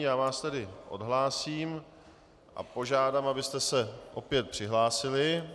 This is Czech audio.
Já vás tedy odhlásím a požádám, abyste se opět přihlásili.